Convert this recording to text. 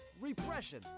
repression